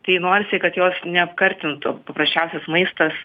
tai norisi kad jos neapkartintų paprasčiausias maistas